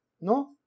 No